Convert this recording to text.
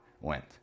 went